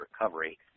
recovery